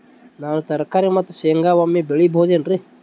ನಾನು ತರಕಾರಿ ಮತ್ತು ಶೇಂಗಾ ಒಮ್ಮೆ ಬೆಳಿ ಬಹುದೆನರಿ?